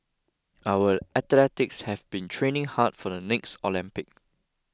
our athletes have been training hard for the next Olympics